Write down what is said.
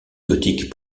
gothique